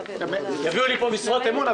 יביאו לכאן משרות אמון,